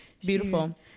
Beautiful